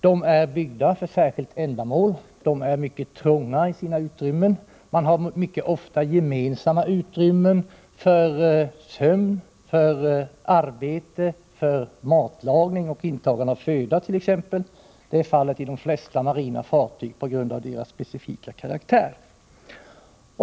De är byggda för ett särskilt ändamål. De är mycket trånga i sina utrymmen. Man har ofta gemensamma utrymmen för sömn, arbete, matlagning och intagande av föda. Det är fallet i de flesta av marinens fartyg, på grund av deras specifika karaktär.